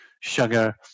sugar